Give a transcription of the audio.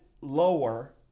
lower